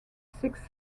six